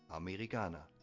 americana